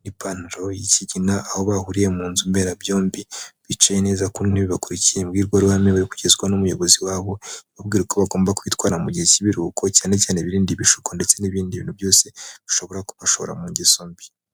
n'ipantaro y'ikigina; aho bahuriye mu nzu mberabyombi, bicaye neza ku ntebe bakurikiye imbwirwaruhame bari kugezwao n'umuyobozi wabo ,ababwira uko bagomba kwitwara mu gihe cy'ibiruhuko, cyane cyane ibi ibishuko. Ndetse n'ibindi bintu byose bishobora kubashora mu ngeso mbi.